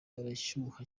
arashyuha